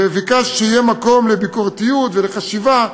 וביקשת שיהיה מקום לביקורתיות ולחשיבה.